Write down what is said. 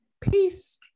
peace